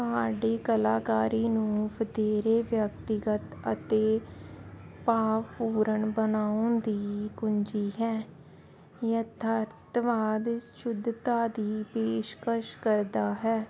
ਤੁਹਾਡੀ ਕਲਾਕਾਰੀ ਨੂੰ ਵਧੇਰੇ ਵਿਅਕਤੀਗਤ ਅਤੇ ਭਾਵਪੂਰਨ ਬਣਾਉਣ ਦੀ ਕੁੰਜੀ ਹੈ ਯਥਾਰਥਵਾਦ ਸ਼ੁੱਧਤਾ ਦੀ ਪੇਸ਼ਕਸ਼ ਕਰਦਾ ਹੈ